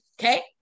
Okay